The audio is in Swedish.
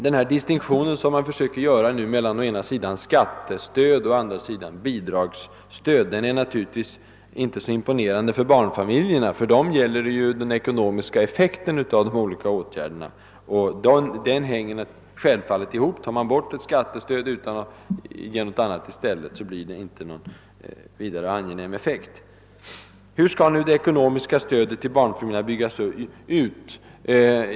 Den distinktion som man försöker göra mellan å ena sidan skattestöd och å andra sidan bidragsstöd är naturligtvis inte så imponerande för barnfamiljerna. För dem är det ju den ekonomiska effekten av de olika åtgärderna som har betydelse. Tar man bort ett skattestöd utan att ge något annat i stället blir det ju inte någon särskilt angenäm effekt. Hur skall nu det ekonomiska stödet till barnfamiljerna byggas ut?